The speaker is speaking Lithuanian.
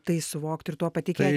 tai suvokti ir tuo patikėti